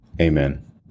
Amen